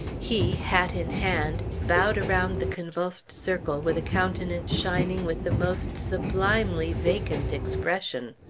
he, hat in hand, bowed around the convulsed circle with a countenance shining with the most sublimely vacant expression.